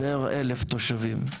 פר אלף תושבים,